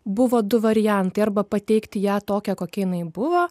buvo du variantai arba pateikti ją tokią kokia jinai buvo